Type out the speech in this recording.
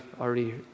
already